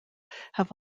have